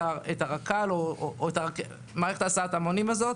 הרק"ל או את מערכת הסעת ההמונים הזאת.